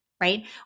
right